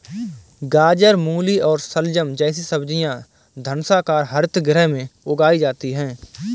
गाजर, मूली और शलजम जैसी सब्जियां धनुषाकार हरित गृह में उगाई जाती हैं